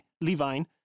levine